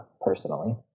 personally